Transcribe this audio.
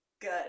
good